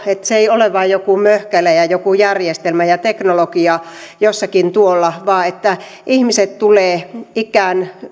että se ei ole vain joku möhkäle ja joku järjestelmä ja teknologia jossakin tuolla vaan että ihmiset tulevat ikään ja